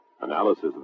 Analysis